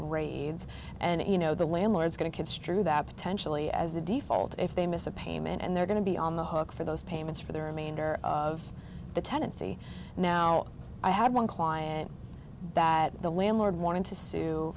raids and you know the landlords going to construe that potentially as a default if they miss a payment and they're going to be on the hook for those payments for the remainder of the tenancy now i had one client that the landlord wanted to sue